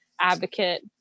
advocate